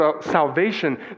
salvation